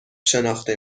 شناخته